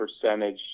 percentage